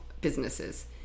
businesses